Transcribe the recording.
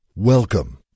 Welcome